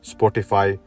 Spotify